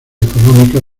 económicas